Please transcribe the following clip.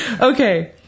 Okay